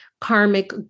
karmic